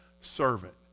servant